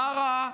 מה רע?